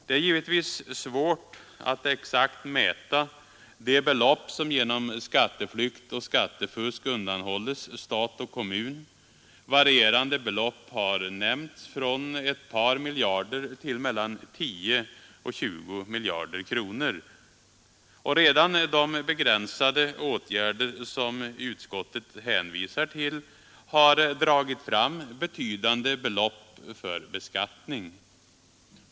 Det är givetvis svårt att exakt mäta de belopp som genom skatteflykt och skattefusk undanhålles stat och kommun. Varierande belopp har nämnts, från ett par miljarder till mellan 10 och 20 miljarder kronor. Redan de begränsade åtgärder som utskottet hänvisar till har dragit fram betydande belopp för beskattning.